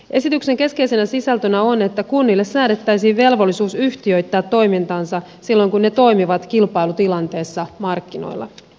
esityksen keskeisenä sisältönä on että kunnille säädettäisiin velvollisuus yhtiöittää toimintaansa silloin kun ne toimivat kilpailutilanteessa markkinoilla